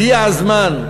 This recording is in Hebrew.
הגיע הזמן,